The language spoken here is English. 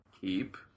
keep